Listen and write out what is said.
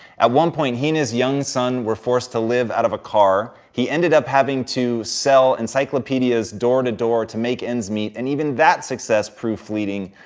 at one point, he and his young son were forced to live out of a car. he ended up having to sell encyclopedias door-to-door to make ends meet, and even that success proved fleeting,